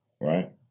Right